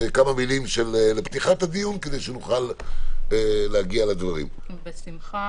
כמה מילים לפתיחת הדיון כדי שנוכל להגיע לדברים -- בשמחה.